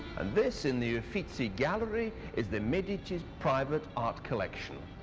and this, in the ah uffizi gaiiery, is the medici's private art coiiection,